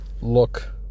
look